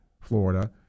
Florida